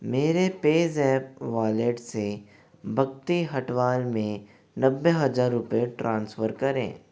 मेरे PayZapp app wallet से भक्ति हटवाल में नब्बे हजार रुपये ट्रांसफ़र करें